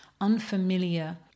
unfamiliar